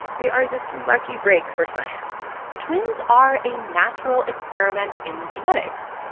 we are this lucky break for science twins are a natural experiment in genetics,